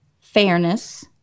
fairness